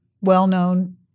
well-known